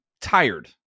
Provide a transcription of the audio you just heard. tired